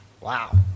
Wow